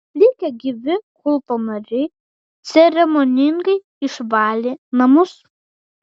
likę gyvi kulto nariai ceremoningai išvalė namus